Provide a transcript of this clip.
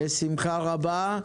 בשמחה רבה.